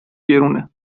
گرونه